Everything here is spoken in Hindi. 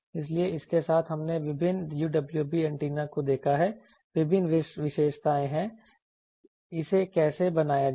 इसलिए इसके साथ हमने विभिन्न UWB एंटेना को देखा है विभिन्न विशेषताएं हैं इसे कैसे बनाया जाए